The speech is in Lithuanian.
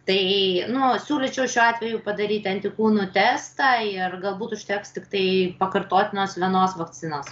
tai nu siūlyčiau šiuo atveju padaryti antikūnų testą ir galbūt užteks tiktai pakartotinos vienos vakcinos